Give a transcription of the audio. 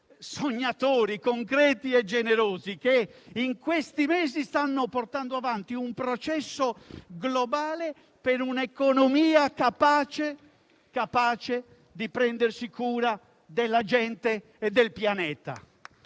sognatori, concreti e generosi, che in questi mesi stanno portando avanti un processo globale per un'economia capace di prendersi cura della gente e del pianeta.